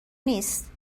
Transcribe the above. نیست